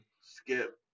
skip